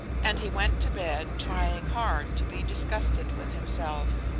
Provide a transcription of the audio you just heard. and he went to bed, trying hard to be disgusted with himself.